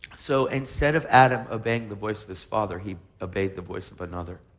so instead of adam obeying the voice of his father, he obeyed the voice of but another.